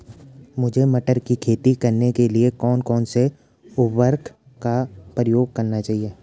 मुझे मटर की खेती करने के लिए कौन कौन से उर्वरक का प्रयोग करने चाहिए?